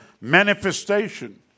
manifestation